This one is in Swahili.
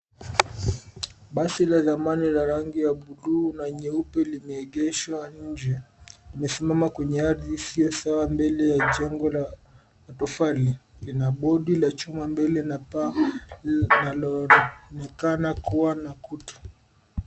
Basi la zamani la rangi ya buluu na nyeupe limeengeshwa nje. Limesimama kwenye ardhi isiyo sawa mbele ya jengo la matofali. Lina board la chuma mbele na paa linaloonekana kuwa na kutu.